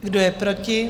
Kdo je proti?